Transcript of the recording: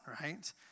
right